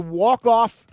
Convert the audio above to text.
walk-off